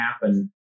happen